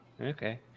okay